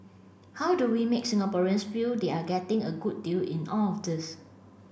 how do we make Singaporeans feel they are getting a good deal in all of this